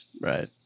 right